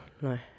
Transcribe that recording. no